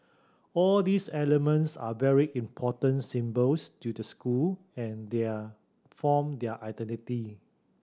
all these elements are very important symbols to the school and they are form their identity